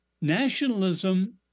nationalism